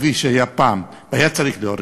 כפי שהיה פעם, והיה צריך להוריד,